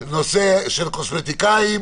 בנושא של קוסמטיקאיות,